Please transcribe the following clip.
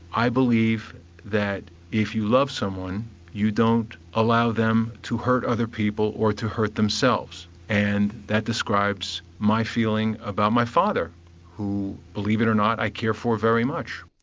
i believe that if you love someone you don't allow them to hurt other people or to hurt themselves and that describes my feeling about my father who, believe it or not, i care for very much.